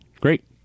Great